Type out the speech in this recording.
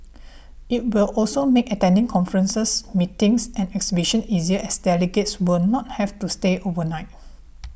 it will also make attending conferences meetings and exhibitions easier as delegates will not have to stay overnight